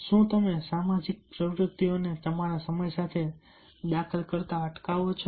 શું તમે સામાજિક પ્રવૃત્તિઓને તમારા સમય સાથે દખલ કરતા અટકાવો છો